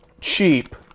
cheap